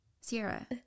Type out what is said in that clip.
Sierra